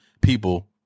people